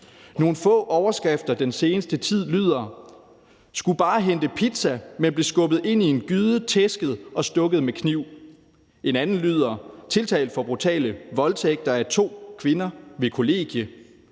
Nogle få overskrifter fra den seneste tid lyder f.eks.: Skulle bare hente pizza, men blev skubbet ind i en gyde, tæsket og stukket med kniv. En anden lyder: Tiltalt for brutale voldtægter af to kvinder ved kollegie.